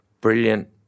brilliant